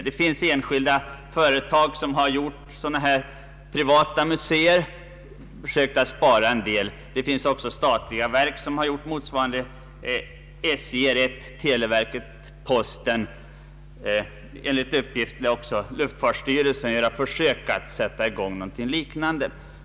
Det finns enskilda företag som har anordnat museer och försökt att spara en del, och det finns också statliga verk som har åstadkommit motsvarande, nämligen SJ, televerket och posten. Enligt uppgift skulle också luftfartsstyrelsen göra ett försök att sätta i gång något liknande.